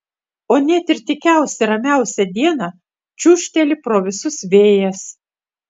o net ir tykiausią ramiausią dieną čiūžteli pro visus vėjas